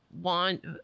want